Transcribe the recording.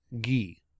ghee